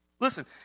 Listen